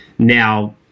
now